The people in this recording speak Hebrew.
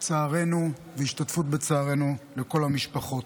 צערנו והשתתפותנו בצער כל המשפחות.